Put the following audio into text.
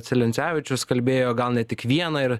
celencevičius kalbėjo gauna tik vieną ir